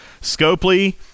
Scopely